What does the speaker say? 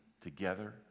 together